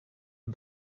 and